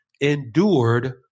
endured